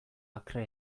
akre